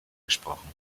gesprochen